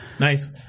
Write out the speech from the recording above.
Nice